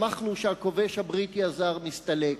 שמחנו שהכובש הבריטי הזר מסתלק,